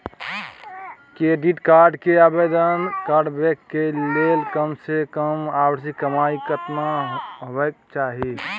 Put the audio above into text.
Credit card के आवेदन करबैक के लेल कम से कम वार्षिक कमाई कत्ते होबाक चाही?